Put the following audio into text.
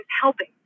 helping